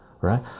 right